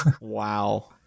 Wow